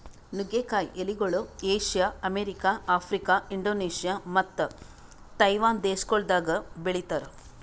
ನುಗ್ಗೆ ಕಾಯಿ ಎಲಿಗೊಳ್ ಏಷ್ಯಾ, ಅಮೆರಿಕ, ಆಫ್ರಿಕಾ, ಇಂಡೋನೇಷ್ಯಾ ಮತ್ತ ತೈವಾನ್ ದೇಶಗೊಳ್ದಾಗ್ ಬೆಳಿತಾರ್